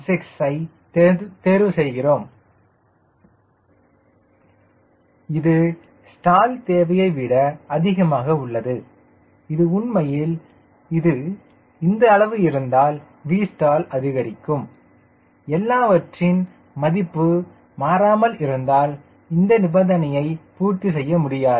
6 ஐ தேர்வு செய்கிறோம் இது ஸ்டால் தேவையைவிட அதிகமாக உள்ளது இது உண்மையில் இது இந்த அளவு இருந்தால் Vstall அதிகரிக்கும் எல்லாவற்றின் மதிப்பு மாறாமல் இருந்தால் இந்த நிபந்தனையை பூர்த்தி செய்ய முடியாது